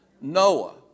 Noah